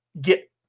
get